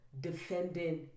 defending